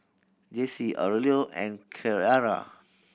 Jessy Aurelio and Keara